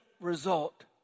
result